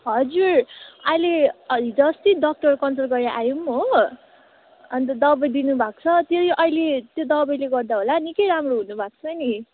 हजुर अहिले हिजोअस्ति डक्टर कन्सल्ट गरेर आयौँ हो अन्त दबाई दिनुभएको छ त्यो अहिले त्यो दबाईले गर्दा होला निकै राम्रो हुनुभएको छ नि